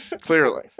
Clearly